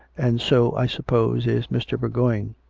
and so, i suppose, is mr. bourgoign.